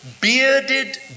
bearded